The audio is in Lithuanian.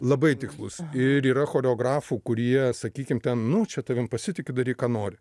labai tikslus ir yra choreografų kurie sakykim nu čia tavim pasitikiu daryk ką nori